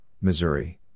Missouri